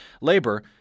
Labor